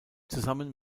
zusammen